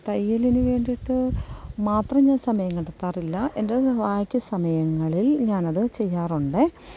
തയ്യലിനു വേണ്ടിയിട്ടു മാത്രം ഞാൻ സമയം കണ്ടെത്താറില്ല എൻ്റേതു ബാക്കി സമയങ്ങളിൽ ഞാനതു ചെയ്യാറുണ്ടേ